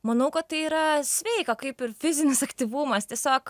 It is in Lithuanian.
manau kad tai yra sveika kaip ir fizinis aktyvumas tiesiog